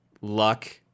luck